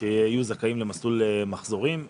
שיהיו זכאים למסלול מחזורים.